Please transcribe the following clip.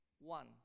One